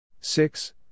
Six